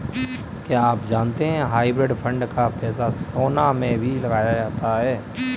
आप जानते है हाइब्रिड फंड का पैसा सोना में भी लगाया जाता है?